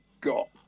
got